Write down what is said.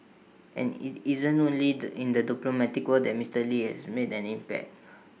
and IT isn't only the in the diplomatic world that Mister lee has made an impact